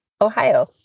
Ohio